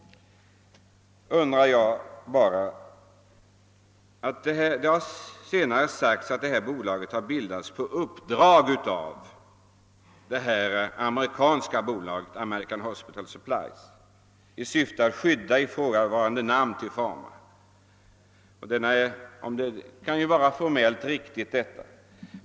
Det har senare sagts att det här bolaget bildats på uppdrag av den amerikanska firman American Hospital Supply i syfte att skydda namnet Tufama, och detta kan ju vara formellt riktigt.